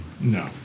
No